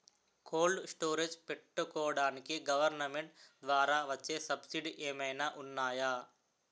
Cold storage పెట్టుకోడానికి government ద్వారా వచ్చే సబ్సిడీ ఏమైనా ఉన్నాయా?